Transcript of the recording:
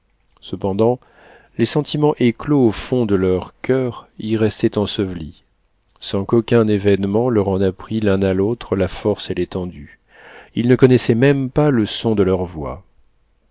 cependant les sentiments éclos au fond de leurs coeurs y restaient ensevelis sans qu'aucun événement leur en apprît l'un à l'autre la force et l'étendue ils ne connaissaient même pas le son de leurs voix